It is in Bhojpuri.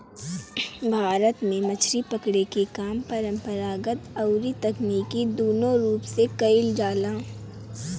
भारत में मछरी पकड़े के काम परंपरागत अउरी तकनीकी दूनो रूप से कईल जाला